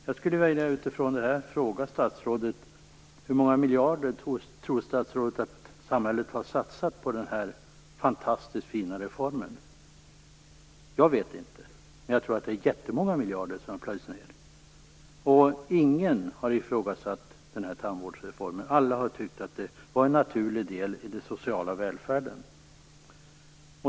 Jag skulle vilja fråga statsrådet hur många miljarder hon tror att samhället har satsat på denna fantastiskt fina reform. Jag vet inte, men jag tror att det är jättemånga miljarder. Ingen har ifrågasatt den tandvårdsreformen. Alla har tyckt att det var en naturlig del av den sociala välfärden.